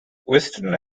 western